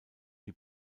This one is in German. die